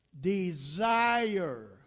desire